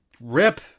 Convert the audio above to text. rip